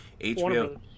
HBO